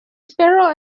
sparrow